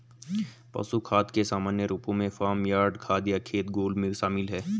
पशु खाद के सामान्य रूपों में फार्म यार्ड खाद या खेत घोल शामिल हैं